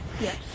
Yes